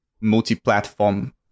multi-platform